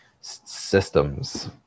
systems